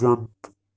jump